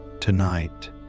tonight